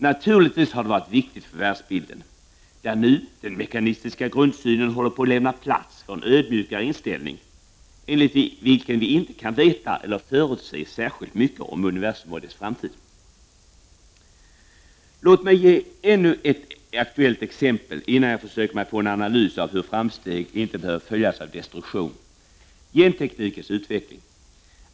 Naturligtvis har det varit viktigt för världsbilden, där nu den mekanistiska grundsynen håller på att lämna plats för en ödmjukare inställning, enligt vilken vi inte kan veta eller förutse särskilt mycket om universum och dess framtid. Låt mig ge ännu ett aktuellt exempel innan jag försöker mig på en analys av hur framsteg inte behöver följas av destruktion: genteknikens utveckling.